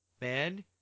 man